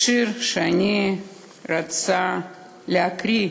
יש שיר שאני רוצה להקריא,